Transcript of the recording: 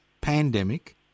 pandemic